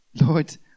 Lord